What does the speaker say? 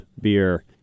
beer